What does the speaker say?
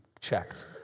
checked